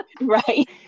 Right